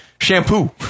shampoo